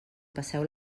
passeu